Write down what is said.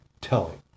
telling